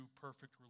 perfect